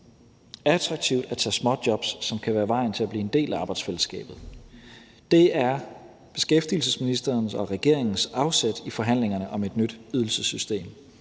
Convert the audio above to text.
og attraktivt at tage småjobs, som kan være vejen til at blive en del af arbejdsfællesskabet. Det er beskæftigelsesministerens og regeringens afsæt i forhandlingerne om et nyt ydelsessystem.